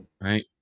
Right